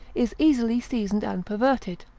is easily seasoned and perverted.